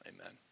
amen